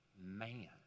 Man